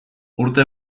urte